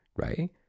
right